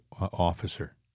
officer